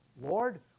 Lord